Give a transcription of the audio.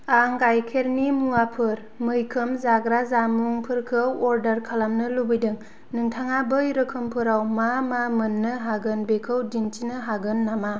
आं गाइखेरनि मुवाफोर मैखोम जाग्रा जामुं फोरखौ अर्डार खालामनो लुबैदों नोंथाङा बै रोखोमफोराव मा मा मोननो हागोन बेखौ दिन्थिनो हागोन नमा